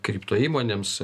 kripto įmonėms